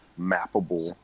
mappable